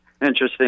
interesting